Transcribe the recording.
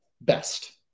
best